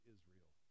Israel